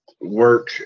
work